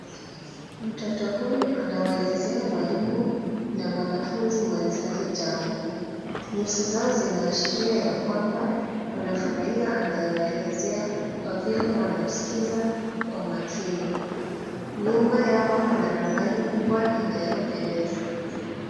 Mtoto huyu anawaelezea mwalimu, na mwanafunzi mwenzake jambo. Nyuso zao zinaashiria ya kwamba, wanafurahia anayowaeleza, kwa vile wanamskiza, kwa makini. Nyuma yao kuna ramani kubwa inayopendeza.